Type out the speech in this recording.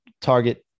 target